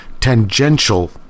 tangential